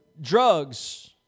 drugs